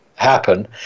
happen